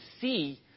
see